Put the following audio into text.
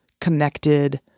connected